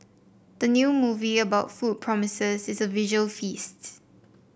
the new movie about food promises it's a visual feasts